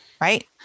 Right